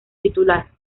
titular